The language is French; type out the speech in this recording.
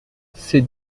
ces